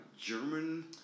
German